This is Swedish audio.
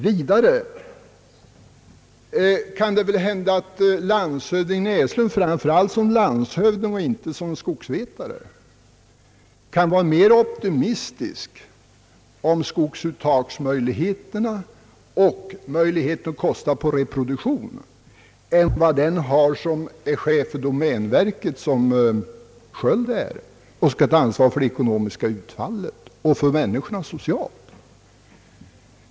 Vidare kan det väl hända att landshövding Näslund kan vara mer optimistisk om skogsuttagsmöjligheterna och möjligheterna att kosta på reproduktion än vad chefen för domänverket, herr Sköld, är. Denne skall ansvara för det ekonomiska utfallet och för människorna socialt.